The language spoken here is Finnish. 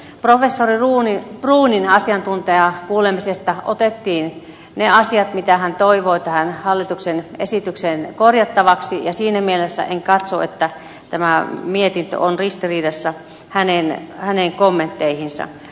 professori bruunin asiantuntijakuulemisesta otettiin ne asiat mitä hän toivoi tähän hallituksen esitykseen korjattavaksi ja siinä mielessä en katso että tämä mietintö on ristiriidassa hänen kommentteihinsa nähden